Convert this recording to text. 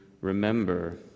remember